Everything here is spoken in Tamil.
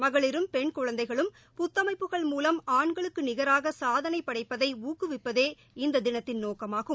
மகளிரும் பெண் குழந்தைகளும் புத்தமைப்புகள் மூலம் ஆண்களுக்கு நிகராக சாதனை படைப்பதை ஊக்குவிப்பதே இந்த தினத்தின் நோக்கமாகும்